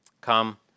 come